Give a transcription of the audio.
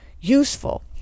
useful